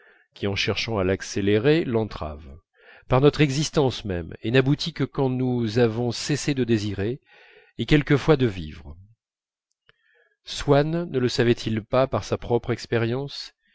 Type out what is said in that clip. qui en cherchant à l'accélérer l'entrave par notre existence même et n'aboutit que quand nous avons cessé de désirer et quelquefois de vivre swann ne le savait-il pas par sa propre expérience